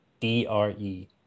DRE